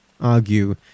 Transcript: argue